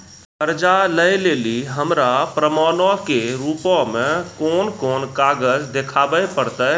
कर्जा लै लेली हमरा प्रमाणो के रूपो मे कोन कोन कागज देखाबै पड़तै?